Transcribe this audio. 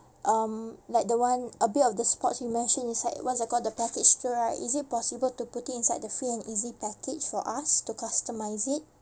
um like the one a bit of the sports you mentioned inside what's that called the package trail right is it possible to put it inside the free and easy package for us to customise it